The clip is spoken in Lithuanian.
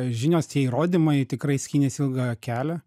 žinios tie įrodymai tikrai skynėsi ilgą kelią